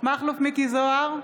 מכלוף מיקי זוהר,